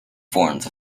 forms